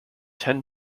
ten